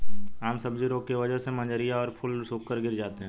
आम सब्जी रोग की वजह से मंजरियां और फूल सूखकर गिर जाते हैं